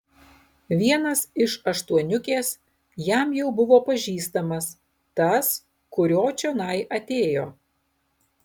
vienas iš aštuoniukės jam jau buvo pažįstamas tas kurio čionai atėjo